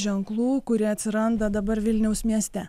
ženklų kurie atsiranda dabar vilniaus mieste